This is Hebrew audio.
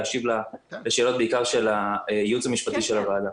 להשיב לשאלות בעיקר של הייעוץ המשפטי של הוועדה.